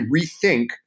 rethink